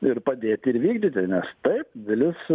ir padėti ir vykdyti nes taip dalis